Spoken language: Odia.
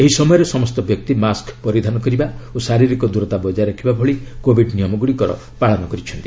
ଏହି ସମୟରେ ସମସ୍ତ ବ୍ୟକ୍ତି ମାସ୍କ ପରିଧାନ କରିବା ଓ ଶାରୀରିକ ଦୂରତା ବଜାୟ ରଖିବା ଭଳି କୋବିଡ୍ ନିୟମଗୁଡ଼ିକର ପାଳନ କରିଛନ୍ତି